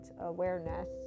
awareness